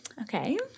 Okay